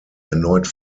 erneut